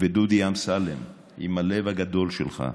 דודי אמסלם, עם הלב הגדול שלך,